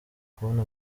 kubona